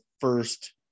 first